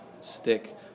stick